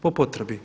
Po potrebi.